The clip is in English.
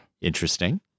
Interesting